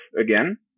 again